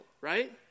right